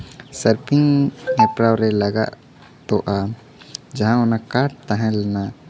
surfing ᱦᱮᱯᱨᱟᱣ ᱨᱮ ᱞᱟᱜᱟᱫ ᱛᱚᱜᱼᱟ ᱡᱟᱦᱟᱸ ᱚᱱᱟ ᱠᱟᱴ ᱛᱟᱦᱮᱸ ᱞᱮᱱᱟ